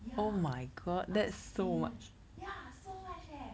ya I'm serious ya so much eh